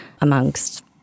amongst